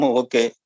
okay